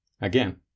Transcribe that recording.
Again